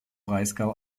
breisgau